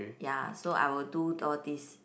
ya so I will do all these